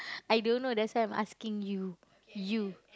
I don't know that's why I'm asking you you